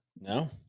No